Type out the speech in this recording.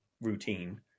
routine